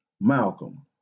Malcolm